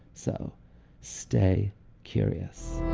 so stay curious.